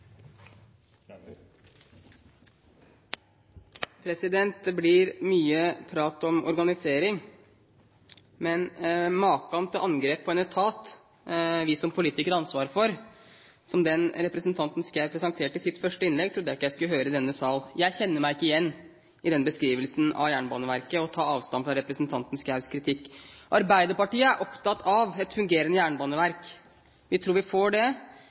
Det blir mye prat om organisering. Men maken til angrep på en etat som vi som politikere har ansvar for, som den representanten Schou presenterte i sitt første innlegg, trodde jeg ikke jeg skulle høre i denne sal. Jeg kjenner meg ikke igjen i denne beskrivelsen av Jernbaneverket, og tar avstand fra representanten Schous kritikk. Arbeiderpartiet er opptatt av et fungerende jernbaneverk. Vi tror vi får det